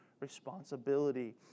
responsibility